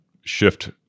shift